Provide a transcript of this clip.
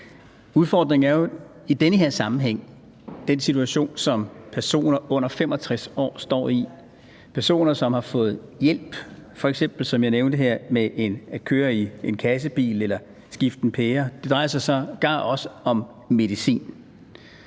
Udfordringen er jo i den her sammenhæng den situation, som personer på under 65 år står i – personer, som har fået hjælp f.eks., som jeg nævnte her, til at køre i en kassebil eller skifte en pære. Det drejer sig sågar også om medicin.